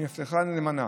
אני מבטיחך נאמנה